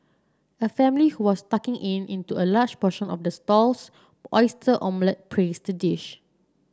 a family who was tucking in into a large portion of the stall's oyster omelette praised the dish